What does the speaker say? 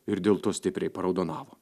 ir dėl to stipriai paraudonavo